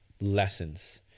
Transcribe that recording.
lessons